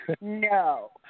No